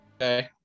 Okay